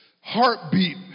heartbeat